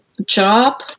job